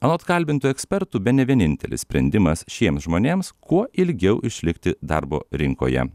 anot kalbintų ekspertų bene vienintelis sprendimas šiems žmonėms kuo ilgiau išlikti darbo rinkoje